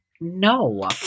No